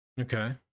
Okay